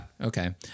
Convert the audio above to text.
Okay